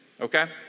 Okay